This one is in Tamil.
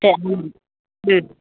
சார் ம் ம்